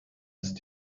ist